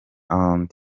and